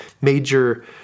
major